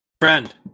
Friend